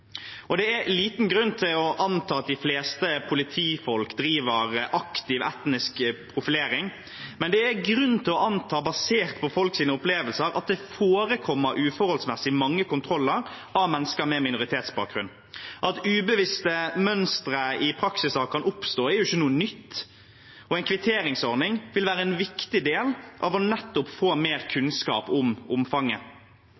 Det er liten grunn til å anta at de fleste politifolk driver aktiv etnisk profilering, men det er grunn til å anta, basert på folks opplevelser, at det forekommer uforholdsmessig mange kontroller av mennesker med minoritetsbakgrunn. At ubevisste mønstre i praksiser kan oppstå, er ikke noe nytt, og en kvitteringsordning vil være en viktig del av det å få mer